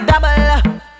double